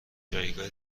جایگاه